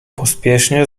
pospiesznie